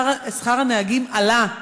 שכר הנהגים עלה לאחרונה.